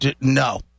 No